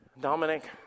Dominic